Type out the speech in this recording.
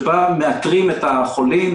כאשר מאתרים את החולים,